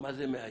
מה זה מהיום?